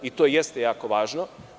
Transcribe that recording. To jeste jako važno.